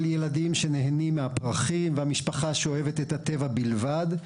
ילדים שנהנים מהפרחים ומשפחה שאוהבת את הטבע בלבד,